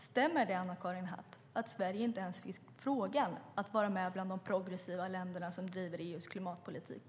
Stämmer det, Anna-Karin Hatt, att Sverige inte ens fick frågan om att vara med bland de progressiva länderna som driver EU:s klimatpolitik?